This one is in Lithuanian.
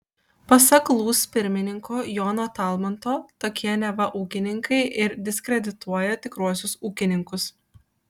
pasak lūs pirmininko jono talmanto tokie neva ūkininkai ir diskredituoja tikruosius ūkininkus